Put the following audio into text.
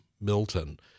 Milton